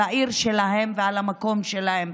על העיר שלהם ועל המקום שלהם.